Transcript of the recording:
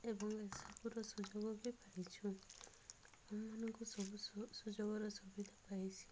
ଏବଂ ଏସବୁର ସୁଯୋଗ ବି ପାଇଛୁ ଆମମାନଙ୍କୁ ସବୁ ସୁ ସୁଯୋଗର ସୁବିଧା ପାଇଛି